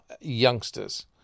youngsters